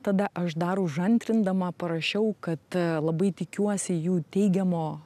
tada aš dar užantrindama parašiau kad labai tikiuosi jų teigiamo